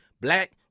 black